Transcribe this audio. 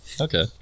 okay